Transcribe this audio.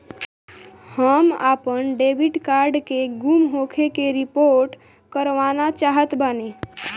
हम आपन debit card के गुम होखे के रिपोर्ट करवाना चाहत बानी